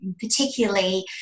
particularly